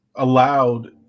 Allowed